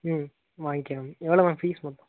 ம் வாங்கிக்கிறேன் மேம் எவ்வளோ மேம் ஃபீஸ் மொத்தம்